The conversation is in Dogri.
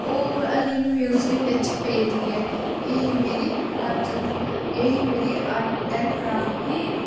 ओह् हल्ली म्यूजिम बिच पेदी ऐ एह् मेरी आर्ट एंड कराफ्ट